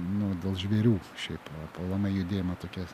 nu dėl žvėrių šiaip aplamai judėjimą tokie